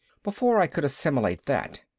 before i could assimilate that,